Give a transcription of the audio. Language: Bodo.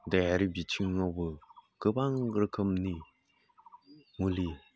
देहायारि बिथिङावबो गोबां रोखोमनि मुलि